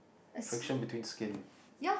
friction between skin